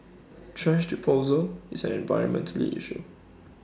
thrash disposal is an environmental issue